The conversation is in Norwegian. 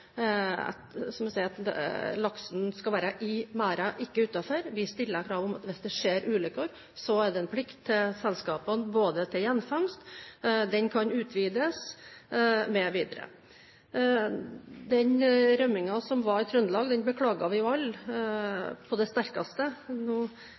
at laksen skal være i merden og ikke utenfor. Vi stiller krav om at hvis det skjer ulykker, så har selskapene en plikt til gjenfangst – dette kan utvides. Den rømningen som var i Trøndelag, beklager vi jo alle på det sterkeste. Nå